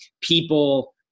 people